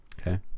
Okay